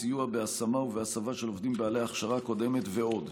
בסיוע בהשמה ובהסבה של עובדים בעלי הכשרה קודמת ועוד.